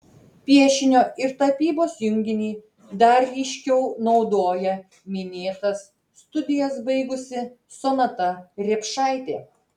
piešinio ir tapybos junginį dar ryškiau naudoja minėtas studijas baigusi sonata riepšaitė